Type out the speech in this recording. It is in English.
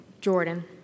Jordan